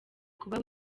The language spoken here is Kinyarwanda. kuba